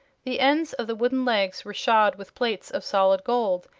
the ends of the wooden legs were shod with plates of solid gold,